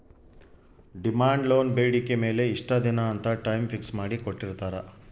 demand loan ಬೇಡಿಕೆ ಮೇಲೆ ಇಷ್ಟ ದಿನ ಅಂತ ಟೈಮ್ ಫಿಕ್ಸ್ ಮಾಡಿ ಕೋಟ್ಟಿರ್ತಾರಾ